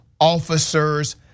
officer's